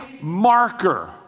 marker